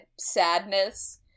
sadness